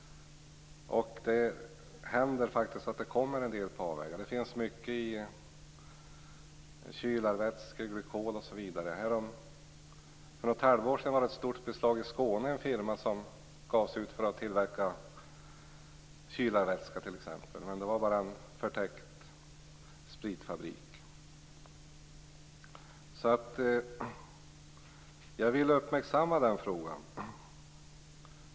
Det händer att en del kommer på avvägar. Teknisk sprit finns också i kylarvätskor, glykol osv. För ett halvår sedan gjordes ett stort beslag i Skåne. En firma gav sig ut för att tillverka kylarvätska, men det var bara en förtäckt spritfabrik. Jag vill uppmärksamma den här frågan.